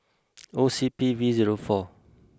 O C P V zero four